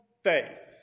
faith